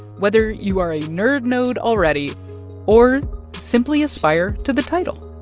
whether you are a nerd node already or simply aspire to the title